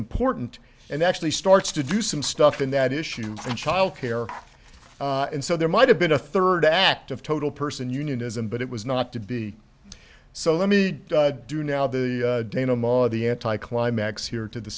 important and actually starts to do some stuff in that issue and childcare and so there might have been a third act of total person unionism but it was not to be so let me do now the dana madi anti climax here to the